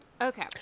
Okay